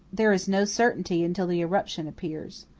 there is no certainty until the eruption appears.